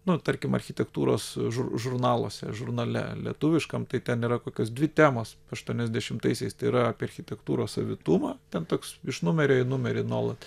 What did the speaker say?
na tarkim architektūros žur žurnaluose žurnale lietuviškam tai ten yra kokios dvi temos aštuoniasdešimtaisiais tai yra apie architektūros savitumą ten toks iš numerio į numerį nuolat